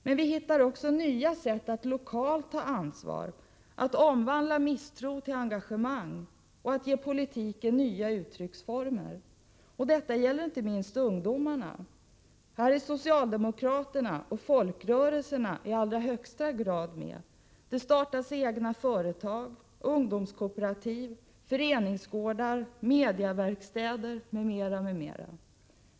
Men vi hittar också nya sätt att lokalt ta ansvar, att omvandla misstro till engagemang och att ge politiken nya uttrycksformer. Detta gäller inte minst ungdomarna. Här är socialdemokraterna och folkrörelserna i allra högsta grad med. Det startas egna företag, ungdomskooperativ, föreningsgårdar, mediaverkstäder, m.m., m.m.